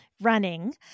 running